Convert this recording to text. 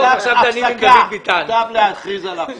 כדי להוריד מכל מיני משרדים ומסכנים,